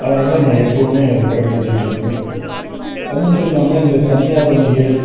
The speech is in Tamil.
அதனால் நான் எப்போவுமே அதை கடைப்பிடிச்சிட்டுருப்பேன் அது மட்டும் இல்லாமல் இந்த தனியார் வங்கிகள்